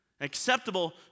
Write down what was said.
Acceptable